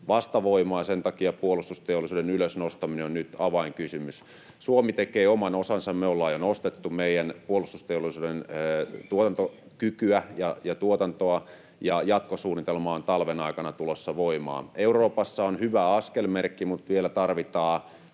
vastavoimaa, ja sen takia puolustusteollisuuden ylös nostaminen on nyt avainkysymys. Suomi tekee oman osansa. Me ollaan jo nostettu meidän puolustusteollisuuden tuotantokykyä ja tuotantoa, ja jatkosuunnitelma on talven aikana tulossa voimaan. Euroopassa on hyvä askelmerkki, mutta vielä tarvitaan